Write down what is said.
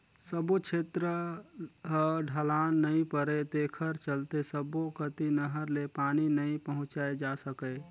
सब्बो छेत्र ह ढलान नइ परय तेखर चलते सब्बो कति नहर ले पानी नइ पहुंचाए जा सकय